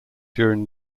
during